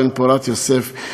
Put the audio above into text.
בן פורת יוסף,